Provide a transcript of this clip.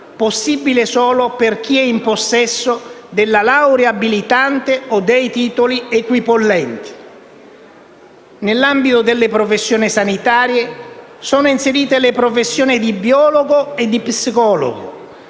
possibile solo per chi è in possesso della laurea abilitante o dei titoli equipollenti. Nell'ambito delle professioni sanitarie sono inserite le professioni di biologo e di psicologo.